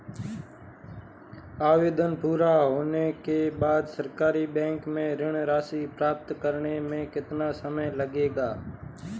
आवेदन पूरा होने के बाद सरकारी बैंक से ऋण राशि प्राप्त करने में कितना समय लगेगा?